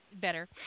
Better